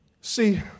See